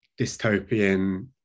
dystopian